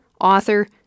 author